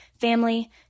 family